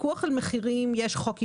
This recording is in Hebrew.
לפיקוח על מחירים יש חוק ייעודי.